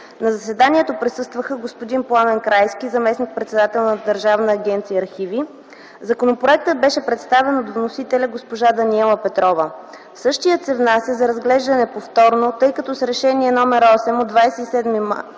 На заседанието присъства господин Пламен Крайски – заместник-председател на Държавна агенция „Архиви”. Законопроектът беше представен от вносителя – госпожа Даниела Петрова. Същият се внася за разглеждане повторно, тъй като с Решение № 8 от 27 май